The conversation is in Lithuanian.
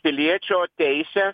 piliečio teisę